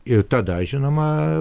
ir tada žinoma